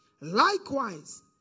Likewise